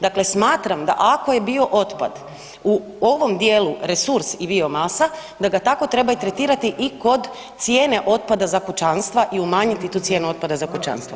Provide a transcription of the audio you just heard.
Dakle smatram da ako je biootpad u ovom dijelu resurs i biomasa da ga tako treba i tretirati i kod cijene otpada za kućanstva i umanjiti tu cijenu otpada za kućanstva.